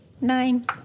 Nine